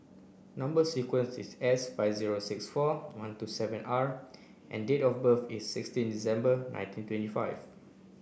number sequence is S five zero six four one two seven R and date of birth is sixteen December nineteen twenty five